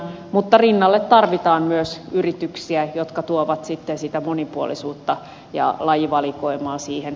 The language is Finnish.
mutta rinnalle tarvitaan myös yrityksiä jotka tuovat sitten sitä monipuolisuutta ja lajivalikoimaa siihen